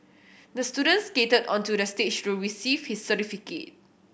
the student skated onto the stage to receive his certificate